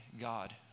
God